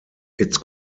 its